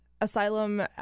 Asylum